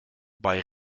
bei